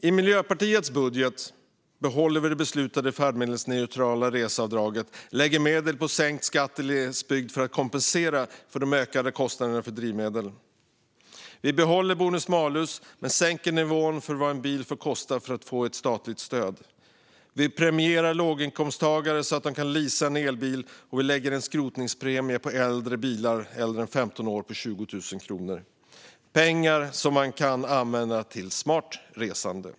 I Miljöpartiets budget behåller vi det beslutade färdmedelsneutrala reseavdraget, och vi lägger medel på sänkt skatt i glesbygd för att kompensera för de ökade kostnaderna för drivmedel. Vi behåller bonus malus men sänker nivån för vad en bil får kosta för att man ska få statligt stöd. Vi premierar låginkomsttagare så att de kan leasa elbil, och vi lägger en skrotningspremie på 20 000 kronor på bilar äldre än 15 år. Det är pengar som man kan använda till smart resande.